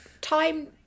time